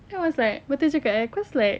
then I was like lepas tu dia cakap eh cause like